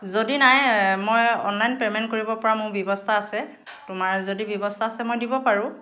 যদি নাই মই অনলাইন পে'মেন্ট কৰিব পৰা মোৰ ব্যৱস্থা আছে তোমাৰ যদি ব্যৱস্থা আছে মই দিব পাৰোঁ